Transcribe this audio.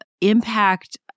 impact